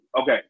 Okay